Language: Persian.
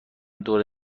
دور